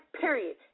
period